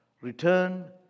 Return